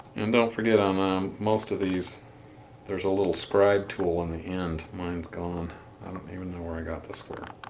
and don't forget on um ah um most of these there's a little scribe tool on the end. mine's gone, i don't even know where i got this square.